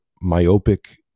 myopic